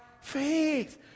faith